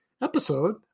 episode